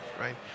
right